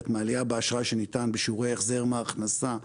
מעלייה באשראי שניתן בשיעורי החזר מהכנסה גבוהים,